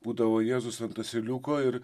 būdavo jėzus ant asiliuko ir